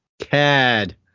Cad